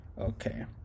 Okay